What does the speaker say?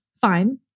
Fine